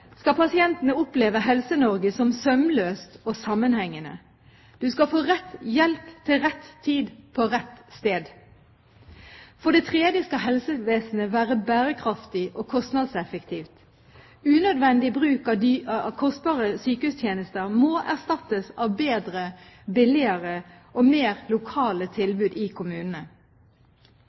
skal pasientene oppleve Helse-Norge som sømløst og sammenhengende. Du skal få rett hjelp til rett tid på rett sted. For det tredje skal helsevesenet være bærekraftig og kostnadseffektivt. Unødvendig bruk av kostbare sykehustjenester må erstattes av bedre, billigere og mer lokale tilbud i kommunene.